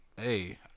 Hey